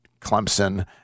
Clemson